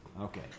Okay